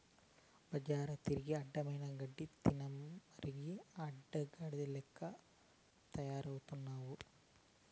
బజార్ల తిరిగి అడ్డమైన గడ్డి తినమరిగి అడ్డగాడిద లెక్క తయారవుతున్నావు